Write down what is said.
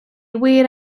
wir